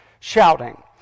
shouting